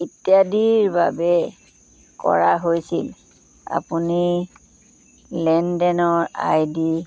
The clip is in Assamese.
ইত্যাদিৰ বাবে কৰা হৈছিল আপুনি লেনদেনৰ আইডি